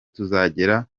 tuzagera